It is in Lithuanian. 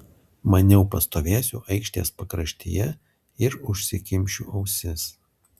maniau pastovėsiu aikštės pakraštyje ir užsikimšiu ausis